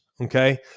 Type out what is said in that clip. Okay